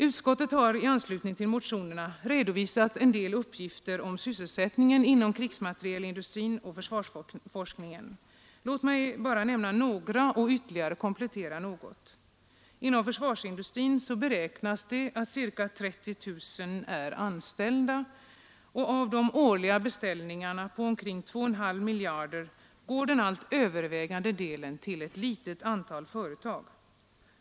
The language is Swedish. Utskottet har i anslutning till motionerna redovisat en del uppgifter om sysselsättningen inom krigsmaterielindustrin och försvarsforskningen. Låt mig bara nämna några och ytterligare komplettera något. Inom försvarsindustrin beräknas ca 30 000 personer vara anställda. Av de årliga beställningarna på omkring 2,5 miljarder går den allt övervägande delen till ett litet antal företag.